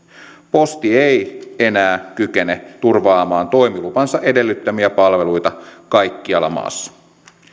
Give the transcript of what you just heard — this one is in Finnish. posti ei enää kykene turvaamaan toimilupansa edellyttämiä palveluita kaikkialla maassa